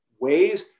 ways